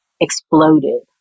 exploded